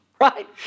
Right